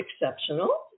exceptional